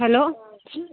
hello